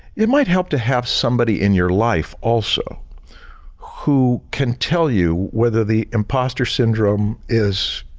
it might help to have somebody in your life also who can tell you whether the imposter syndrome is